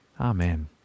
Amen